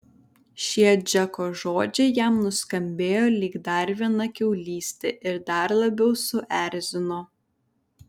šie džeko žodžiai jam nuskambėjo lyg dar viena kiaulystė ir dar labiau suerzino